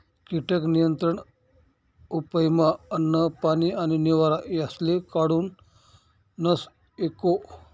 कीटक नियंत्रण उपयमा अन्न, पानी आणि निवारा यासले काढूनस एको